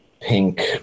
pink –